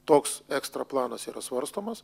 toks ekstra planas yra svarstomas